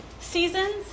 Seasons